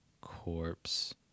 corpse